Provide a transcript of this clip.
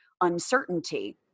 uncertainty